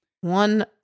one